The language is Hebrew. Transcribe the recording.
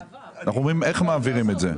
אנחנו אומרים איך מעבירים את זה.